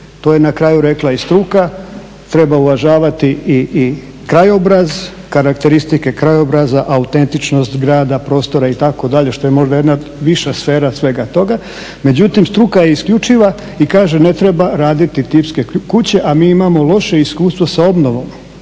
to je na kraju rekla i struka. Treba uvažavati i krajobraz, karakteristike krajobraza, autentičnost grada, prostora itd., što je možda jedna viša sfera svega toga. Međutim, struka je isključiva i kaže ne treba raditi tipske kuće, a mi imamo loše iskustvo sa obnovom.